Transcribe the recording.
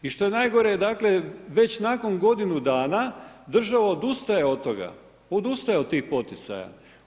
I što je najgore dakle već nakon godinu dana država odustaje od toga, odustaje od tih poticaja.